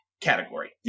category